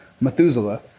Methuselah